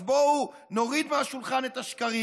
אז בואו נוריד מהשולחן את השקרים.